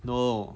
no